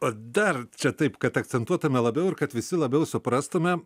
o dar čia taip kad akcentuotume labiau ir kad visi labiau suprastume